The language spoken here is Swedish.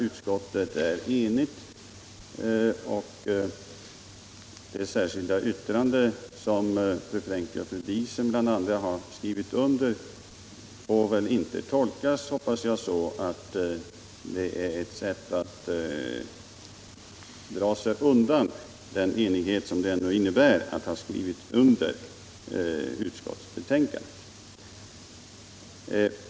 Utskottet är enigt, och det särskilda yttrande, som bland andra fru Frenkel och fru Diesen står antecknade på, får väl inte tolkas så hoppas jag, att det är ett sätt att dra sig undan den enighet som det ändå innebär att man skrivit under utskottsbetänkandet.